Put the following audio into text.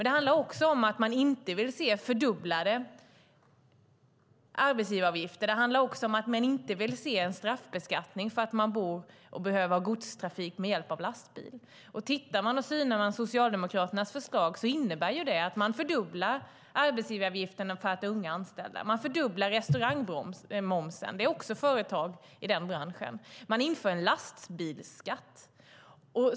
Det handlar också om att man inte vill se fördubblade arbetsgivaravgifter och en straffbeskattning för att man bor så att man behöver godstrafik med hjälp av lastbil. Synar man Socialdemokraternas förslag ser man att det innebär att de vill fördubbla arbetsgivaravgifterna för unga anställda och fördubbla restaurangmomsen. Det finns företag också i den branschen. De vill även införa en lastbilsskatt.